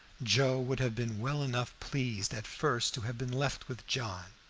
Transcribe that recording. joe would have been well enough pleased at first to have been left with john,